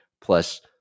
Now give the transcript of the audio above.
plus